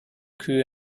kühe